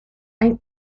ein